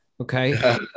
Okay